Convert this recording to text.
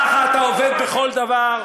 ככה אתה עובד בכל דבר,